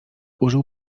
użył